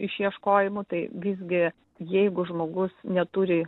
išieškojimų tai visgi jeigu žmogus neturi